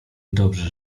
dobrze